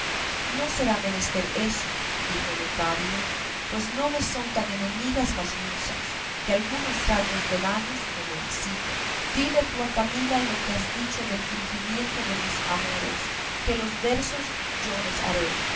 no será menester eso dijo lotario pues no me son tan enemigas las musas que algunos ratos del año no me visiten dile tú a camila lo que has dicho del fingimiento de mis amores que los versos yo los haré